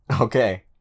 Okay